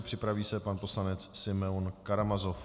Připraví se pan poslanec Simeon Karamazov.